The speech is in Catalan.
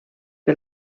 que